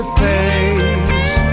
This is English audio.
face